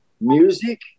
Music